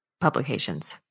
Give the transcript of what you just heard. publications